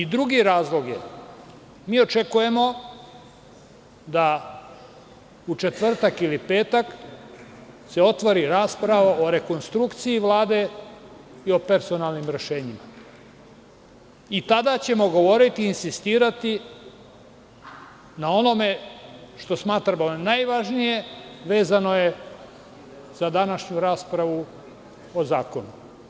Drugi razlog je, mi očekujemo da u četvrtak ili petak se otvori rasprava o rekonstrukciji i Vlade i o personalnim rešenjima i tada ćemo govoriti i insistirati na onome što smatramo najvažnijim, vezano je za današnju raspravu o zakonu.